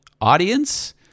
audience